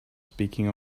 speaking